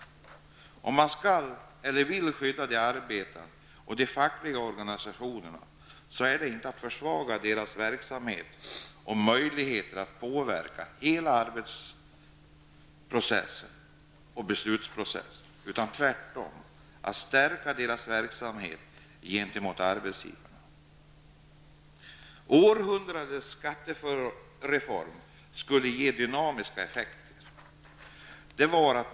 Om man skall eller vill skydda de arbetande och de fackliga organisationerna, så är det inte genom att försvaga deras verksamhet och möjligheter att påverka arbetsprocessen och beslutsprocessen, utan tvärtom genom att stärka deras verksamhet gentemot arbetsgivarna. Århundradets skattereform skulle ge dynamiska effekter.